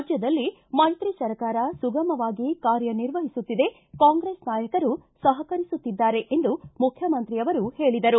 ರಾಜ್ಯದಲ್ಲಿ ಮೈತ್ರಿ ಸರ್ಕಾರ ಸುಗಮವಾಗಿ ಕಾರ್ಯ ನಿರ್ವಹಿಸುತ್ತಿದೆ ಕಾಂಗ್ರೆಸ್ ನಾಯಕರು ಸಹಕರಿಸುತ್ತಿದ್ದಾರೆ ಎಂದು ಮುಖ್ಯಮಂತ್ರಿಯವರು ಹೇಳಿದರು